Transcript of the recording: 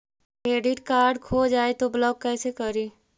Credit card खो जाए तो ब्लॉक कैसे करी?